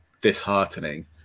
disheartening